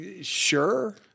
sure